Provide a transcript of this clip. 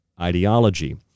ideology